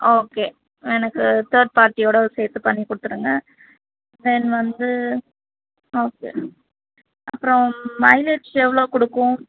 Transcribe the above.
okay எனக்கு third பார்ட்டியோட சேர்த்து பண்ணி கொடுத்துருங்க தென் வந்து ஓகே அப்புறம் மைலேஜ் எவ்வளோ கொடுக்கும்